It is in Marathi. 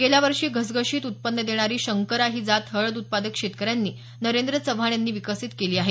गेल्या वर्षी घसघशीत ऊत्पन्न देणारी शंकरा ही जात हळद उत्पादक शेतकरी नोंद्र चव्हाण यांनी विकसित केली आहे